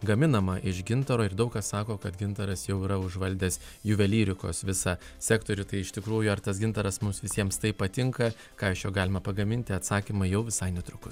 gaminama iš gintaro ir daug kas sako kad gintaras jau yra užvaldęs juvelyrikos visą sektorių tai iš tikrųjų ar tas gintaras mums visiems tai patinka ką iš jo galima pagaminti atsakymai jau visai netrukus